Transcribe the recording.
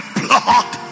blood